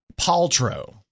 Paltrow